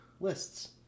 Lists